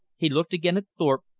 he looked again at thorpe,